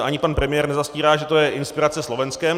Ani pan premiér nezastírá, že to je inspirace Slovenskem.